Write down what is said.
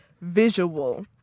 visual